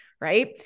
right